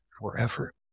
forever